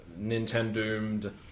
Nintendo